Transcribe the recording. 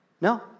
No